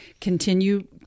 continue